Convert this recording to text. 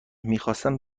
میخواستم